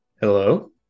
Hello